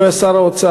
שהיה שר האוצר,